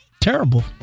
terrible